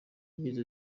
yagize